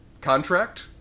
contract